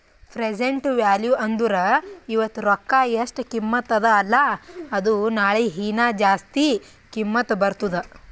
present value ಅಂದುರ್ ಇವತ್ತ ರೊಕ್ಕಾ ಎಸ್ಟ್ ಕಿಮತ್ತ ಅದ ಅಲ್ಲಾ ಅದು ನಾಳಿಗ ಹೀನಾ ಜಾಸ್ತಿ ಕಿಮ್ಮತ್ ಬರ್ತುದ್